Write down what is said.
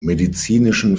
medizinischen